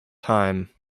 time